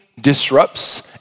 disrupts